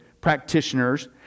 practitioners